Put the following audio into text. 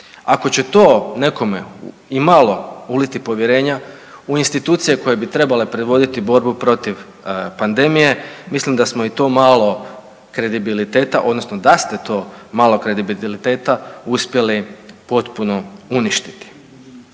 Ako će to nekome imalo uliti povjerenja u institucije koje bi trebale predvoditi borbu protiv pandemije, mislim da smo i to malo kredibiliteta odnosno da ste to malo kredibiliteta uspjeli potpuno uništiti.